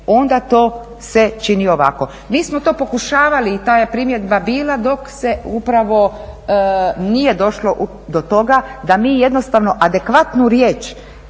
onda to se čini ovako. Mi smo to pokušavali i ta je primjedba bila dok se upravo nije došlo do toga da mi jednostavno adekvatnu riječ